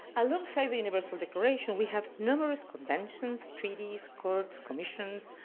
alongside the universal declaration we have numerous conventions, treaties, courts, commissions,